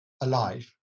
alive